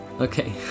Okay